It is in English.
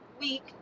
week